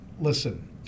listen